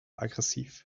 aggressiv